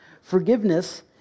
Forgiveness